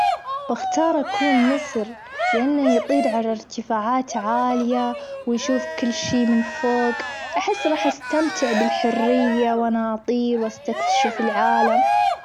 بختار أكون نسر لأنه يطير على ارتفاعات عالية، ويشوف كل شي من فوج أحس راح أستمتع بالحرية وأنا أطير ،وأستكشف العالم.